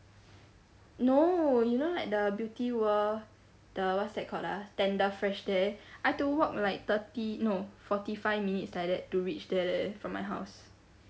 no you know like the beauty-world the what's that called ah Tenderfresh there I have to walk like thirty no forty five minutes like that to reach there from my house